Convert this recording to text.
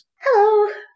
Hello